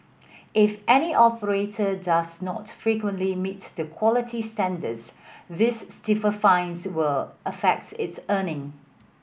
if any operator does not frequently meet the quality standards these stiffer fines will affects its earning